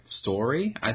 story